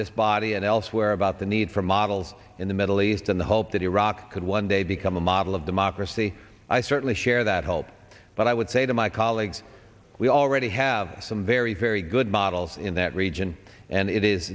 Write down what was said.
this body and elsewhere about the need for models in the middle east in the hope that iraq could one day become a model of democracy i certainly share that hope but i would say to my colleagues we already have some very very good models in that region and it is